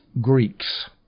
Greeks